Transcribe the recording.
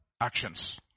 actions